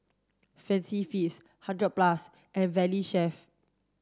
Fancy Feast Hundred Plus and Valley Chef